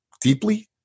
deeply